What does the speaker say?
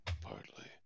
partly